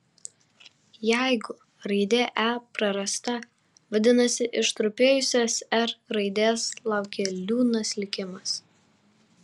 jeigu raidė e prarasta vadinasi ištrupėjusios r raidės laukia liūdnas likimas